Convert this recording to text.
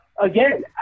again